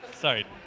sorry